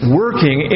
working